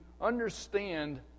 understand